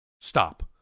stop